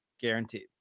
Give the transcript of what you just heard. guaranteed